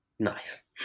Nice